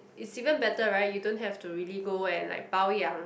it's even better right you don't have to really go and like 保养